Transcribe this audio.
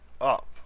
up